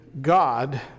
God